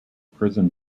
prison